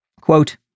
Quote